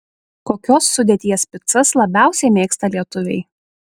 kokios sudėties picas labiausiai mėgsta lietuviai